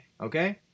okay